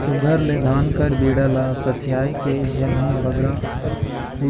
सुग्घर ले धान कर बीड़ा ल सथियाए के जेम्हे बगरा